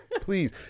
Please